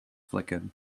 flickered